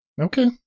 Okay